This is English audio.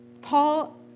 Paul